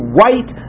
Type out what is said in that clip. white